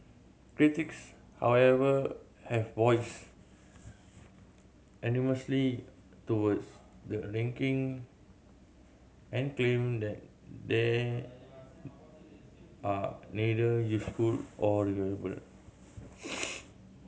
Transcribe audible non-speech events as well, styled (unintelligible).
critics however have voiced (unintelligible) towards the linking and claim that they are neither useful nor reliable (noise)